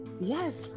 Yes